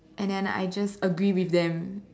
and then I just agree with them